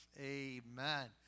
amen